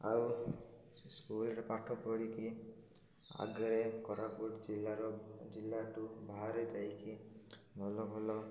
ଆଉ ସେ ସ୍କୁଲରେ ପାଠ ପଢ଼ିକି ଆଗରେ କୋରାପୁଟ ଜିଲ୍ଲାର ଜିଲ୍ଲା ଠୁ ବାହାରେ ଯାଇକି ଭଲ ଭଲ